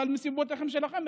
אבל מסיבותיכם שלכם,